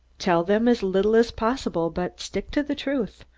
tell them as little as possible, but stick to the truth.